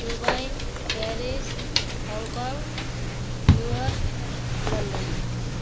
Dubai Paris Hong Kong New York London